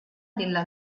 della